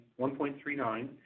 1.39